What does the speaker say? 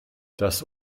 das